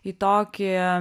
į tokį